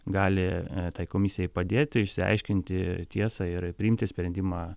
gali tai komisijai padėti išsiaiškinti tiesą ir priimti sprendimą